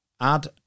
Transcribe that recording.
add